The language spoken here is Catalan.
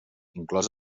inclòs